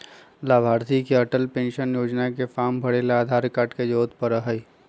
लाभार्थी के अटल पेन्शन योजना के फार्म भरे ला आधार कार्ड के जरूरत पड़ा हई